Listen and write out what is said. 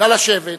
נא לשבת.